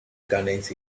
contains